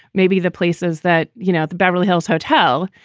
maybe the places that, you know, the beverly hills hotel.